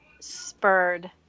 spurred